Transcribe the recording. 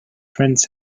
friend